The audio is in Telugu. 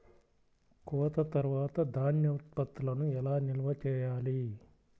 కోత తర్వాత ధాన్య ఉత్పత్తులను ఎలా నిల్వ చేయాలి?